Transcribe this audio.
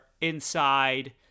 inside